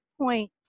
point